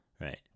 Right